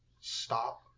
stop